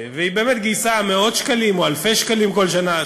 היא באמת גייסה מאות שקלים או אלפי שקלים כל שנה,